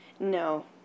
No